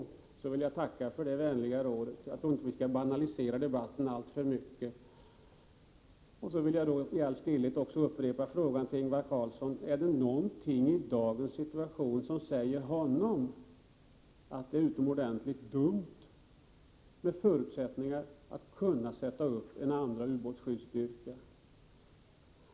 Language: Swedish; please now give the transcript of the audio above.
Jag vill tacka för detta vänliga råd, men jag tror inte att vi skall banalisera debatten alltför mycket. Jag vill i all stillsamhet även upprepa min fråga: Är det någonting i dagens situation som säger Ingvar Karlsson att det är utomordentligt dumt att det skulle ges förutsättningar att kunna sätta upp en andra ubåtsskyddsstyrka?